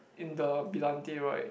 in the brillante right